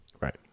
Right